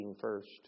first